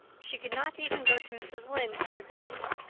she could not even go to mrs. lynde for advice.